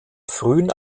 frühen